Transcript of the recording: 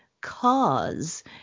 Cause